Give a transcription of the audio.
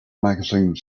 magazine